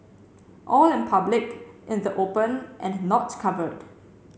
all in public in the open and not covered